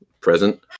present